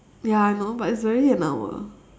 ya I know but is already an hour